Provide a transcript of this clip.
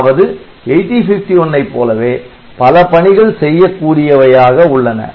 அதாவது 8051ஐ போலவே பல பணிகள் செய்யக் கூடியவையாக உள்ளன